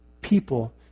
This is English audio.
people